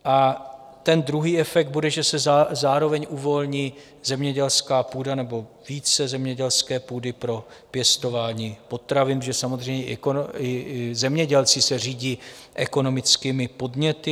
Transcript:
A ten druhý efekt bude, že se zároveň uvolní zemědělská půda nebo více zemědělské půdy pro pěstování potravin, protože samozřejmě i zemědělci se řídí ekonomickými podněty.